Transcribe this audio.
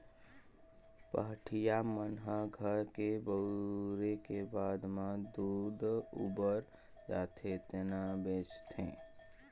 पहाटिया मन ह घर के बउरे के बाद म दूद उबर जाथे तेने ल बेंचथे